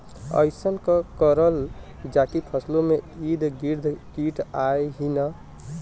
अइसन का करल जाकि फसलों के ईद गिर्द कीट आएं ही न?